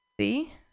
See